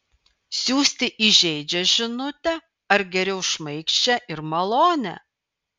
siųsti įžeidžią žinutę ar geriau šmaikščią ir malonią